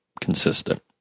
consistent